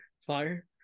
Fire